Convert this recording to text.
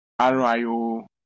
rio